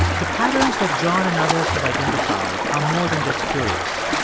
the patterns that john and others have identified are more than just curious.